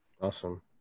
Awesome